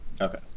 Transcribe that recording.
Okay